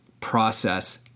process